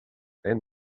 and